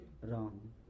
Wrong